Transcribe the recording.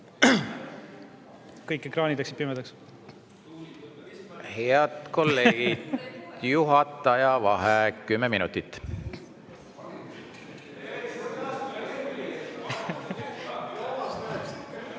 Kõik ekraanid läksid pimedaks. Head kolleegid, juhataja vaheaeg kümme minutit.